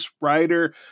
writer